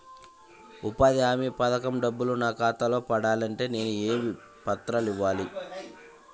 ఉపాధి హామీ పథకం డబ్బులు నా ఖాతాలో పడాలి అంటే నేను ఏ పత్రాలు ఇవ్వాలి?